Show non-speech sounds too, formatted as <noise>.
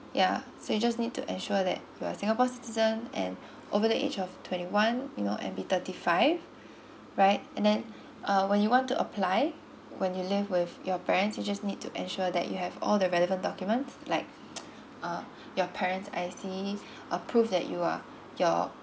yeah so you just need to ensure that you're a singapore citizen and <breath> over the age of twenty one you know and be thirty five right and then uh when you want to apply when you live with your parents you just need to ensure that you have all the relevant documents like <noise> uh your parents I_C a prove that you are your